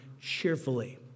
cheerfully